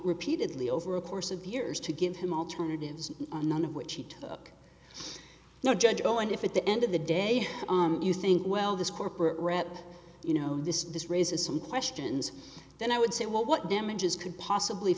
repeatedly over a course of years to give him alternatives none of which he took no judge oh and if at the end of the day you think well this corporate rep you know this this raises some questions then i would say what what damages could possibly